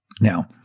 Now